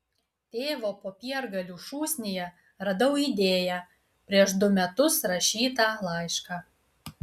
tėvo popiergalių šūsnyje radau idėją prieš du metus rašytą laišką